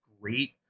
great